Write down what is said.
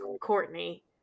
Courtney